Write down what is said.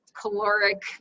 caloric